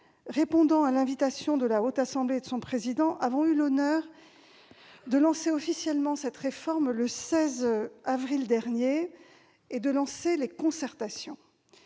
répondant à l'invitation de la Haute Assemblée et de son président, avons eu l'honneur de lancer officiellement cette réforme le 16 avril dernier et d'engager les concertations.